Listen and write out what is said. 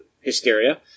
hysteria